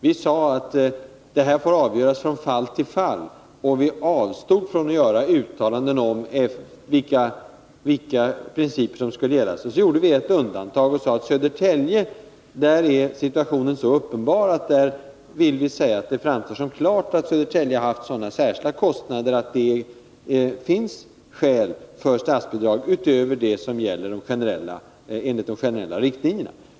Vi sade att det får avgöras från fall till fall, och vi avstod från att göra något uttalande om vilka principer som skulle gälla. Vi gjorde dock ett undantag. Vi sade att situationen i Södertälje är sådan att det klart framgår att kommunen haft sådana särskilda kostnader att det finns skäl att bevilja statsbidrag utöver det som ges enligt de generella riktlinjerna.